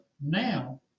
Now